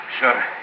Sure